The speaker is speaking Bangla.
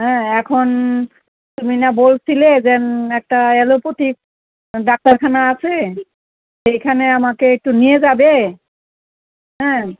হ্যাঁ এখন তুমি না বলছিলে যে একটা অ্যালোপথি ডাক্তারখানা আছে সেইখানে আমাকে একটু নিয়ে যাবে হ্যাঁ